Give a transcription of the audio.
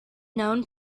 known